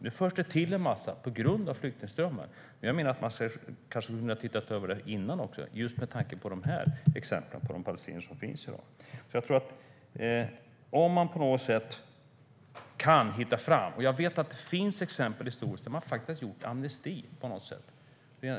Nu tillförs det en massa på grund av flyktingströmmar, men jag menar att man kanske hade kunnat titta över det här innan också, just med tanke på palestinierna. Jag vet att det finns exempel historiskt där man faktiskt gett amnesti på något sätt.